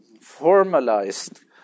formalized